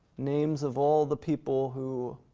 names of all the people who